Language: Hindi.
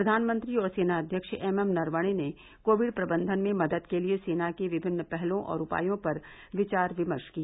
प्रधानमंत्री और सेनाध्यक्ष एमएम नरवणे ने कोविड प्रबंधन में मदद के लिए सेना की विभिन्न पहलों और उपायों पर विचार विमर्श किया